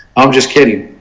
i'm just kidding.